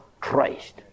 Christ